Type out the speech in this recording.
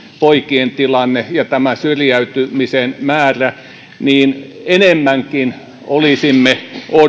poikien tilanne ja syrjäytymisen määrä enemmänkin olisimme